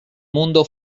mundo